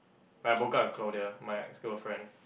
when I broke up with Claudia my ex-girlfriend